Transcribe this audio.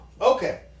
Okay